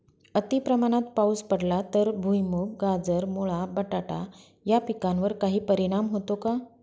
अतिप्रमाणात पाऊस पडला तर भुईमूग, गाजर, मुळा, बटाटा या पिकांवर काही परिणाम होतो का?